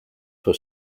for